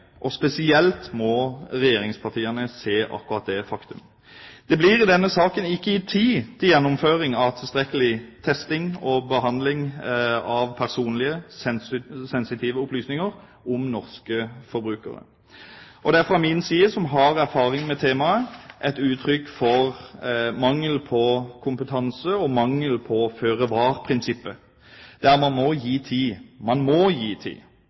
og spesielt må regjeringspartiene se akkurat det faktum. Det blir i denne saken ikke gitt tid til gjennomføring av tilstrekkelig testing og behandling av personlige, sensitive opplysninger om norske forbrukere. Det er sett fra min side, og jeg har erfaring med temaet, et uttrykk for mangel på kompetanse og mangel på føre var-prinsippet. Man må gi tid